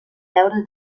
veure